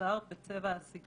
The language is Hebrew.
משוחזר בצבע הסיגר,